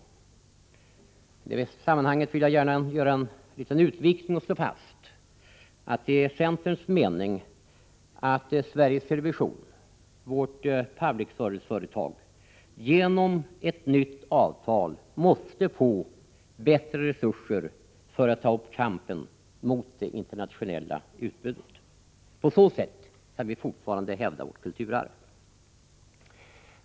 I det sammanhanget vill jag gärna göra en liten utvikning och slå fast att det är centerns mening att Sveriges Television — vårt public service-företag — genom ett nytt avtal måste få ökade resurser för att ta upp kampen mot det internationella utbudet. På så sätt kan vi fortfarande hävda vårt kulturarv.